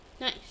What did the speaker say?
Nice